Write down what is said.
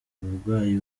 umurwayi